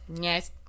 Yes